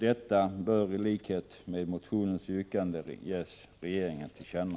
Detta bör i likhet med motionens yrkande ges regeringen till känna.